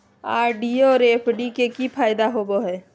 RD और FD के की फायदा होबो हइ?